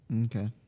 Okay